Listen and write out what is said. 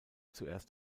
zuerst